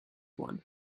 one